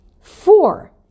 Four